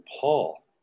Paul